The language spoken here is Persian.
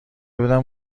بودم